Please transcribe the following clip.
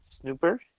Snooper